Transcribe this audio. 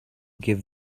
give